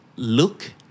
Look